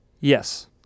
Yes